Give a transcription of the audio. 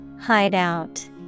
Hideout